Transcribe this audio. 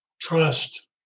trust